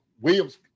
williams